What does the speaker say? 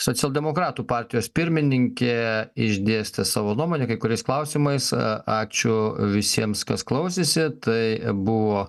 socialdemokratų partijos pirmininkė išdėstė savo nuomonę kai kuriais klausimais ačiū visiems kas klausėsi tai buvo